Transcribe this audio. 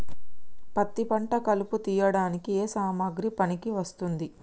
పత్తి పంట కలుపు తీయడానికి ఏ సామాగ్రి పనికి వస్తుంది?